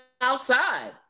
outside